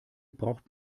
braucht